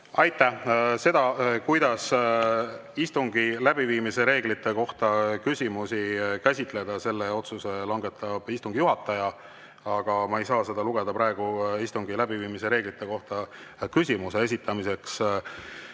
Aitäh! Seda, kuidas istungi läbiviimise reeglite kohta esitatavaid küsimusi käsitleda, selle otsuse langetab istungi juhataja. Aga ma ei saa seda praegu lugeda istungi läbiviimise reeglite kohta küsimuse esitamiseks.